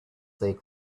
stay